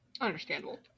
Understandable